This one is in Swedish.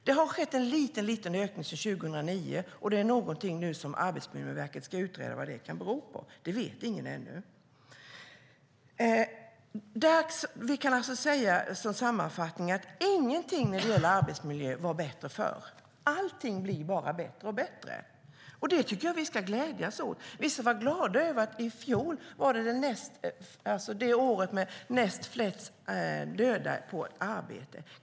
Det har skett en liten ökning sedan 2009, och Arbetsmiljöverket ska nu utreda vad det kan bero på. Det vet ingen ännu. Jag kan alltså säga som sammanfattning att ingenting när det gäller arbetsmiljön var bättre förr. Allting blir bara bättre och bättre, och det tycker jag att vi ska glädjas åt. Vi ska vara glada över att i fjol var det år med näst minst döda på arbete.